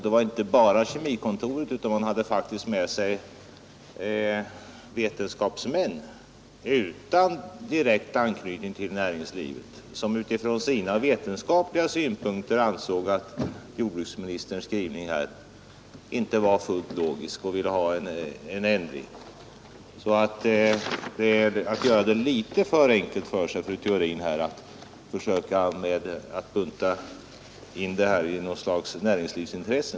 Det var inte bara herrar från Kemikontoret, utan de hade faktiskt med sig vetenskapsmän utan direkt anknytning till näringslivet, och dessa ansåg utifrån sina vetenskapliga synpunkter att jordbruksministerns skrivning inte var logisk. Därför ville de ha en ändring. Det är således att göra det litet för enkelt för sig, fru Theorin, att försöka bunta in denna fråga i något slags näringslivsintresse.